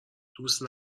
دوست